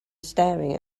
staring